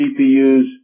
CPU's